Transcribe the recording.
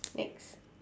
next